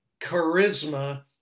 charisma